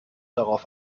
darauf